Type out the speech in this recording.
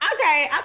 Okay